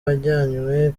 wajyanywe